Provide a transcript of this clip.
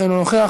אינה נוכחת,